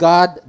God